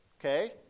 okay